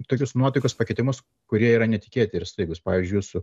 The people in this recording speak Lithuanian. tokius nuotaikos pakitimus kurie yra netikėti ir staigūs pavyzdžiui su